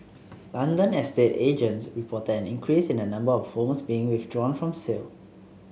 London estate agents reported an increase in the number of homes being withdrawn from sale